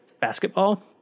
basketball